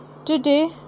Today